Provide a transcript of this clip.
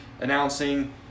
announcing